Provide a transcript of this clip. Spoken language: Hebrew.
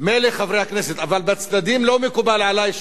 מילא חברי הכנסת, אבל בצדדים שם לא מקובל עלי.